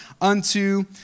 unto